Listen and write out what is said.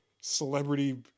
celebrity